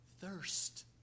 Thirst